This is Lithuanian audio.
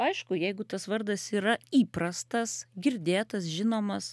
aišku jeigu tas vardas yra įprastas girdėtas žinomas